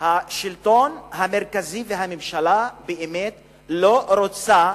השלטון המרכזי והממשלה באמת לא רוצים